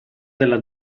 della